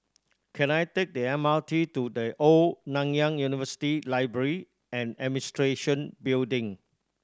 can I take the M R T to The Old Nanyang University Library and Administration Building